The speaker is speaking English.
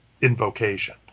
invocation